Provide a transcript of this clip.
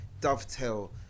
dovetail